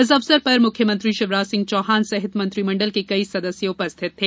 इस अवसर पर मुख्यमंत्री शिवराज सिंह चौहान सहित मंत्रिमंडल के कई सदस्य उपस्थित थे